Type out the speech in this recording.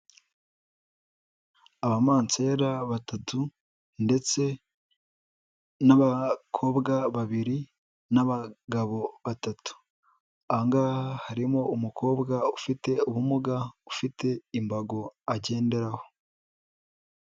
Abamansera batatu ndetse n'abakobwa babiri n'abagabo batatu. Aha ngaha harimo umukobwa ufite ubumuga, ufite imbago agenderaho.